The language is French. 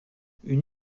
une